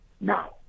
now